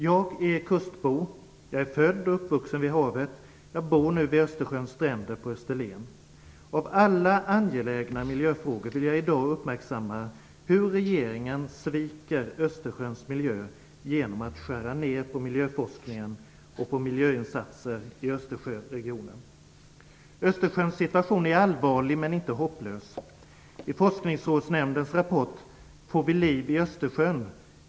Jag är kustbo, född och uppvuxen vid havet. Jag bor nu vid Östersjöns stränder på Österlen. Av alla angelägna miljöfrågor vill jag i dag uppmärksamma hur regeringen sviker Östersjöns miljö genom att skära ned på miljöforskningen och miljöinsatser i Östersjöregionen. Östersjöns situation är allvarlig men inte hopplös. I Forskningsrådsnämndens rapport Får vi liv i Östersjön?